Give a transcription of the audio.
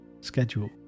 schedule